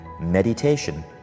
Meditation